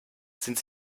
sind